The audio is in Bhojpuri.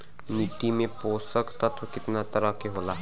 मिट्टी में पोषक तत्व कितना तरह के होला?